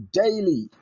daily